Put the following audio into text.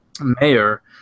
mayor